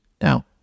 Now